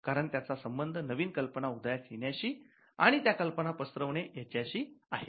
कारण त्याचा संबंध नवीन कल्पना उदयास येण्याशी आणि त्या कल्पना पसरवणे यांच्याशी आहे